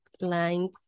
lines